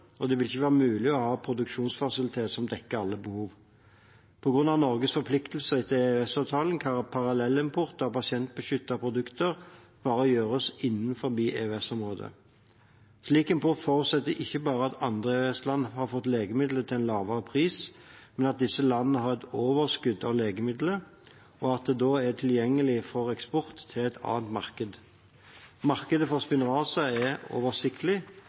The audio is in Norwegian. og det vil ikke være mulig å ha produksjonsfasiliteter som dekker alle behov. På grunn av Norges forpliktelser etter EØS-avtalen, kan parallellimport av pasientbeskyttede produkter bare gjøres innenfor EØS-området. Slik import forutsetter ikke bare at andre EØS-land har fått legemiddelet til en lavere pris, men at disse landene har et overskudd av legemiddelet, og at det da er tilgjengelig for eksport til et annet marked. Markedet for Spinraza er oversiktlig,